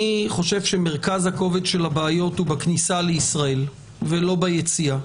אני חושב שמרכז הכובד של הבעיות הוא בכניסה לישראל ולא ביציאה.